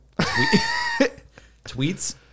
Tweets